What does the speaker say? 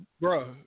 bro